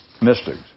Mystics